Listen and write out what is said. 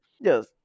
Yes